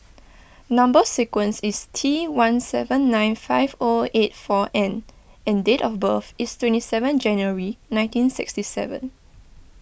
Number Sequence is T one seven nine five O eight four N and date of birth is twenty seven January nineteen sixty seven